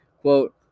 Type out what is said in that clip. quote